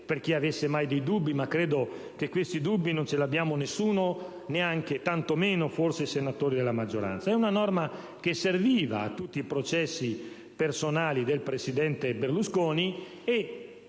per chi avesse mai dei dubbi - ma credo che questi non li abbia nessuno, tantomeno i senatori della maggioranza - che è una norma che serviva a tutti i processi personali del presidente Berlusconi.